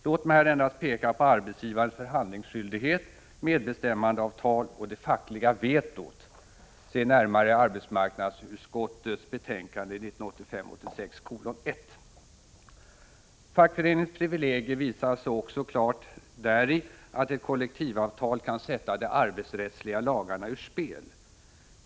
Låt mig i detta sammanhang endast peka på arbetsgivarens förhandlingsskyldighet, medbestämmandeavtal och det fackliga vetot—se närmare arbetsmarknadsutskottets betänkande 1985/86:1. Fackföreningens privilegier visar sig också däri att ett kollektivavtal kan sätta de arbetsrättsliga lagarna ur spel.